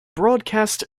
broadcast